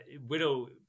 Widow